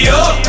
up